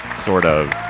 sort of,